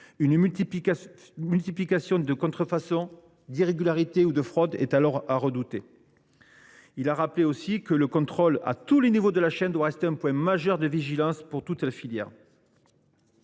une multiplication de contrefaçons, d’irrégularités ou de fraudes est alors à redouter. Il a rappelé aussi que le contrôle, à tous les niveaux de la chaîne, doit rester un point majeur de vigilance pour toute la filière.